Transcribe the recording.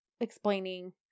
explaining